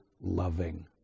loving